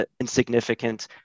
insignificant